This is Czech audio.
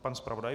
Pan zpravodaj?